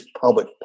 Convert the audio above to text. public